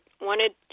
wanted